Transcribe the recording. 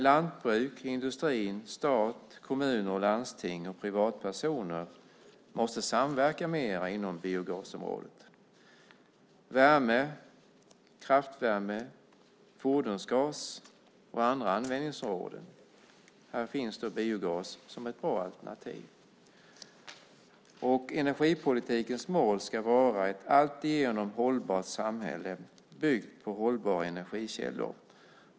Lantbruk, industri, stat, kommuner, landsting och privatpersoner måste samverka mer inom biogasområdet. Värme, kraftvärme, fordonsgas och andra användningsområden - här finns biogas som ett bra alternativ. Energipolitikens mål ska vara ett alltigenom hållbart samhälle byggt på hållbara energikällor.